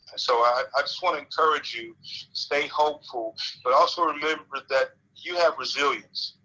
so i i just want to encourage you to stay hopeful. but also remember that you have resilience.